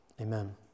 Amen